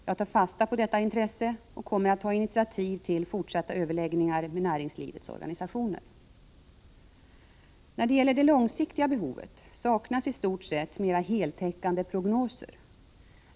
Jag tar fasta på detta intresse och kommer att ta initiativ till fortsatta överläggningar med näringslivets organisationer. När det gäller det långsiktiga behovet saknas i stort sett mera heltäckande prognoser.